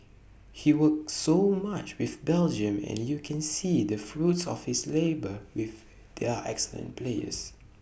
he's worked so much with Belgium and you can see the fruits of his labour with their excellent players